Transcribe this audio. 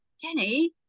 Jenny